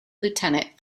lieutenant